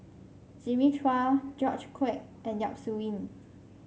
Jimmy Chua George Quek and Yap Su Yin